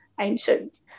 ancient